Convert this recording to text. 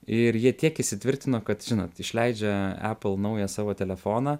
ir jie tiek įsitvirtino kad žinot kad išleidžia apple naują savo telefoną